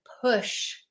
push